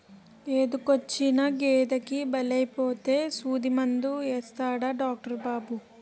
ఎదకొచ్చిన గేదెకి బాలేపోతే సూదిమందు యేసాడు డాట్రు బాబు